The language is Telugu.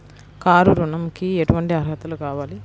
కారు ఋణంకి ఎటువంటి అర్హతలు కావాలి?